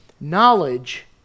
Knowledge